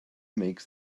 makes